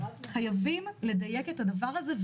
חייבים לדייק את הדבר הזה,